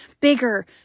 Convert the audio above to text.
bigger